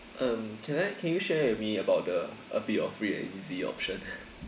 um can I can you share with me about the a bit of free and easy option